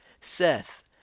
Seth